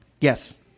Yes